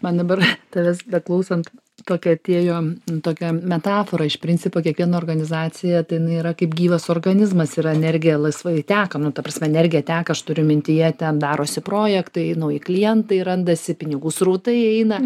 man dabar tavęs beklausant tokia atėjo tokia metafora iš principo kiekviena organizacija tai yra kaip gyvas organizmas yra energija laisvai teka nu ta prasme energija teka aš turiu mintyje ten darosi projektai nauji klientai randasi pinigų srautai eina